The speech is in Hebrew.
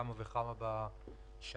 אותן בתוך הקטגוריה